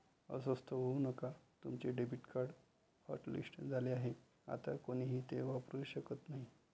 अस्वस्थ होऊ नका तुमचे डेबिट कार्ड हॉटलिस्ट झाले आहे आता कोणीही ते वापरू शकत नाही